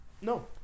No